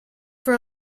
for